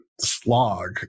slog